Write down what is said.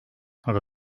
aga